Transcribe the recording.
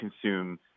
consume